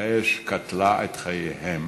האש קטלה את חייהם